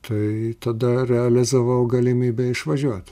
tai tada realizavau galimybę išvažiuot